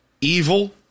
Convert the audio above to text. evil